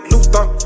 Luther